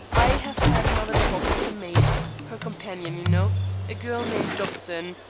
i have had another talk with the maid her companion, you know a girl named dobson.